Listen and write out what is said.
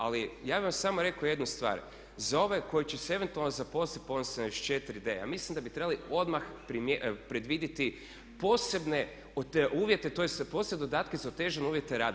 Ali ja bih vam samo rekao jednu stvar, za ove koji će se eventualno zaposliti po ovom 74.d ja mislim da bi trebali odmah predvidjeti posebne te uvjete tj. posebne dodatke za otežane uvjete rada.